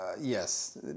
Yes